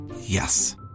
Yes